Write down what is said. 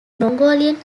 mongolian